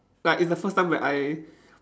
like it's the first time where I